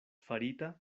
farita